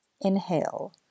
Inhale